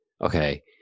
Okay